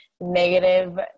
negative